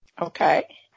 okay